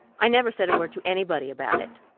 i never said a word to anybody about it,